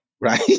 right